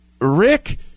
Rick